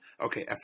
Okay